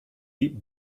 deep